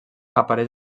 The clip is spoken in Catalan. apareix